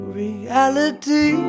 reality